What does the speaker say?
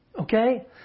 okay